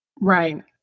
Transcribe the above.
Right